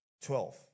twelve